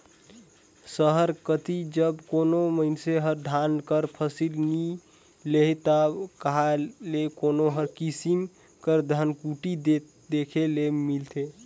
सहर कती जब कोनो मइनसे हर धान कर फसिल नी लेही ता कहां ले कोनो किसिम कर धनकुट्टी देखे ले मिलही